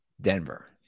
Denver